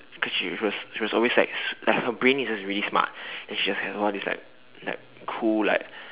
cause she was she was always like like her brain is just really smart and she was like what is like like cool like